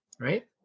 right